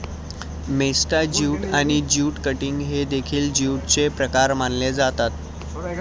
मेस्टा jute आणि jute cutting हे देखील ज्यूटचे प्रकार मानले जातात